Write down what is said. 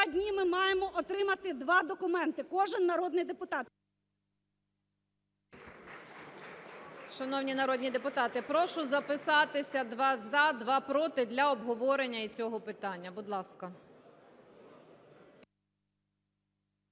дні ми маємо отримати два документи, кожен народний депутат…